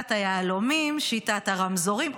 שיטת היהלומים, שיטת הרמזורים.